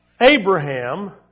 Abraham